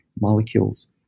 molecules